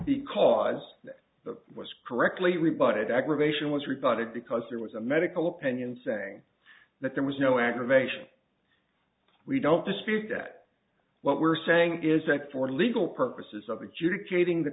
because it was correctly but it aggravation was reported because there was a medical opinion saying that there was no aggravation we don't dispute that what we're saying is that for legal purposes of